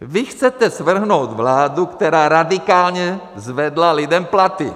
Vy chcete svrhnout vládu, která radikálně zvedla lidem platy.